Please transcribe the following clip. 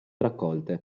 raccolte